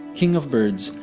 king of birds,